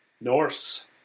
Norse